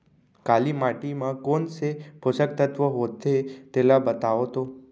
काली माटी म कोन से पोसक तत्व होथे तेला बताओ तो?